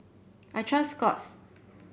I trust Scott's